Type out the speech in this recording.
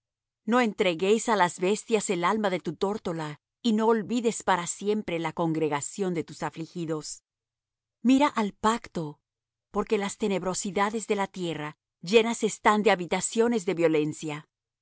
no entregues á las bestias el alma de tu tórtola y no olvides para siempre la congregación de tus afligidos mira al pacto porque las tenebrosidades de la tierra llenas están de habitaciones